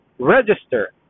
register